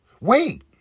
Wait